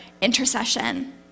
intercession